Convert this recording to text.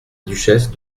duchesse